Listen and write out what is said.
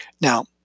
Now